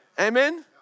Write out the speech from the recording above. Amen